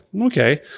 okay